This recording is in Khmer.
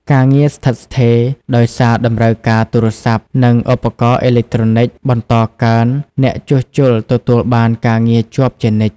ការងារស្ថិតស្ថេរ ដោយសារតម្រូវការទូរស័ព្ទ និងឧបករណ៍អេឡិចត្រូនិចបន្តកើន អ្នកជួសជុលទទួលបានការងារជាប់ជានិច្ច។